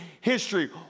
history